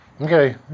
Okay